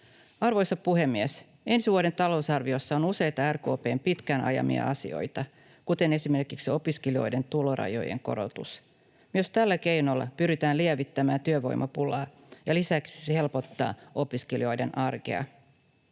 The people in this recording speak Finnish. Arvoisa puhemies! Ensi vuoden talousarviossa on useita RKP:n pitkään ajamia asioita, kuten esimerkiksi opiskelijoiden tulorajojen korotus. Myös tällä keinolla pyritään lievittämään työvoimapulaa, ja lisäksi se helpottaa opiskelijoiden arkea.